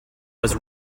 was